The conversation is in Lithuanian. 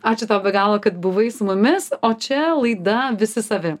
ačiū tau be galo kad buvai su mumis o čia laida visi savi